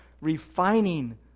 Refining